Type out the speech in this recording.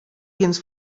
więc